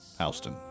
Houston